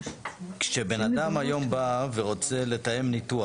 כשבן אדם היום בא ורוצה לתאם ניתוח.